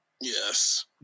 Yes